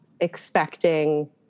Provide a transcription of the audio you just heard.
expecting